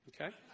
okay